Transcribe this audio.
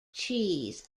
cheese